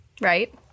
Right